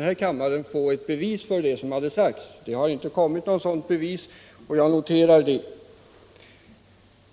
här i kammaren kunde få bevis för de påståenden som har gjorts. Det har inte kommit fram något sådant bevis — jag noterar det.